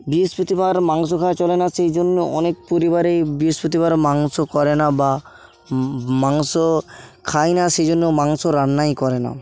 বৃহস্পতিবার মাংস খাওয়া চলে না সেই জন্য অনেক পরিবারে বৃহস্পতিবার মাংস করে না বা মাংস খাই না সেই জন্য মাংস রান্নাই করে না